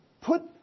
put